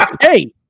Hey